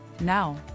Now